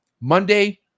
Monday